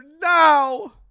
now